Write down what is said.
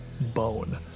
bone